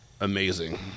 amazing